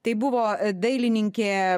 tai buvo dailininkė